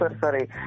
sorry